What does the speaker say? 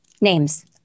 names